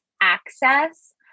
access